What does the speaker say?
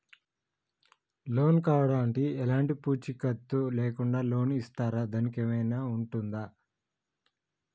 Loan కావడానికి ఎలాంటి పూచీకత్తు లేకుండా లోన్ ఇస్తారా దానికి ఏమైనా ఉంటుందా?